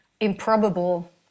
improbable